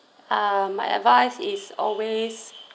uh my advice is always